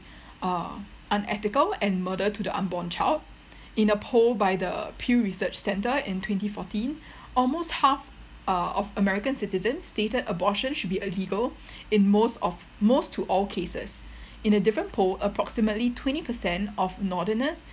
uh unethical and murder to the unborn child in a poll by the Pew Research Center in twenty fourteen almost half uh of American citizens stated abortions should be illegal in most of most to all cases in a different poll approximately twenty percent of northerners